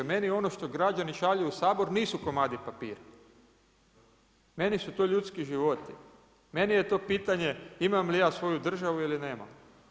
Meni ono što građani šalju u Sabor nisu komadi papira, meni su to ljudski životi, meni je to pitanje imam li ja svoju državu ili nemam.